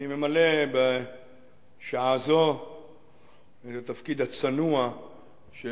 אני ממלא בשעה זו את התפקיד הצנוע של